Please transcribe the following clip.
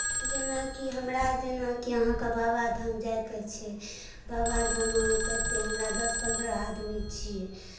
जेनाकि हमरा जेनाकि अहाँके बाबाधाम जाइके छै बाबाधाममे से हमरा अहाँकेँ दस पन्द्रह आदमी छियै